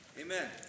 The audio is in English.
Amen